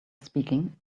speaking